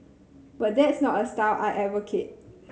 but that's not a style I advocate